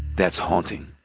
that's haunting.